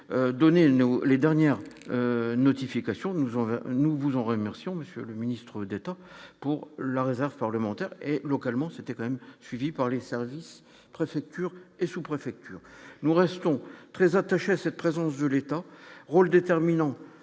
nous, les dernières notifications nous on nous vous en remercions monsieur le ministre d'État pour la réserve parlementaire et localement, c'était quand même suivi par les services préfectures et sous-préfectures, nous restons très attachés à cette présence de l'État, rôle déterminant